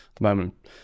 moment